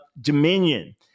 dominion